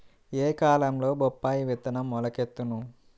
ఏ కాలంలో బొప్పాయి విత్తనం మొలకెత్తును?